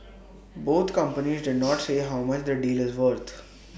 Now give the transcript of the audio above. both companies did not say how much the deal is weren't